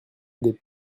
des